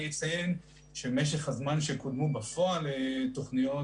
אני אציין שמשך הזמן שקודמו בפועל תוכניות